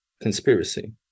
conspiracy